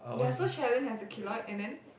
yeah so Sharon has a keloid and then